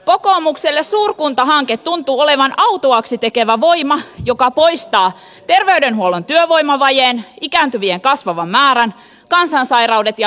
kokoomukselle suurkuntahanke tuntuu olevan autuaaksi tekevä voima joka poistaa terveydenhuollon työvoimavajeen ikääntyvien kasvavan määrän kansansairaudet ja lääkärijonot